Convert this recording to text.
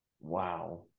Wow